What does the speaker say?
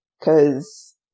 Cause